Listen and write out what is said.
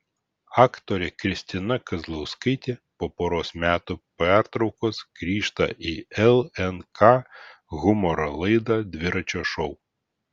aktorė kristina kazlauskaitė po poros metų pertraukos grįžta į lnk humoro laidą dviračio šou